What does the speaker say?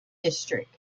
district